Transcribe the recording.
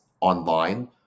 online